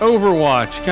Overwatch